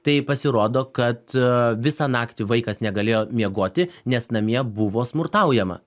tai pasirodo kad visą naktį vaikas negalėjo miegoti nes namie buvo smurtaujama